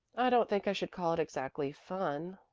i don't think i should call it exactly fun,